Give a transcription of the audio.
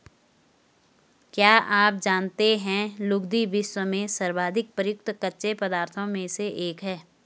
क्या आप जानते है लुगदी, विश्व में सर्वाधिक प्रयुक्त कच्चे पदार्थों में से एक है?